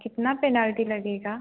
कितना पेनाल्टी लगेगा